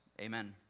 Amen